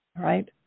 right